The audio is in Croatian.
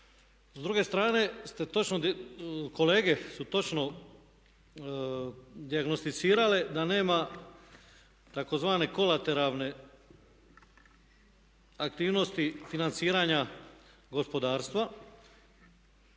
S druge strane ste točno, kolege su točno dijagnosticirale da nema tzv. kolateralne aktivnosti financiranja gospodarstva.